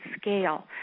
scale